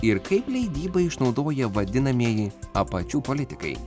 ir kaip leidybą išnaudoja vadinamieji apačių politikai